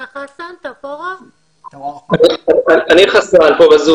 אפילו פי שלוש